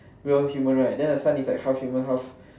real human right than the son is like half human half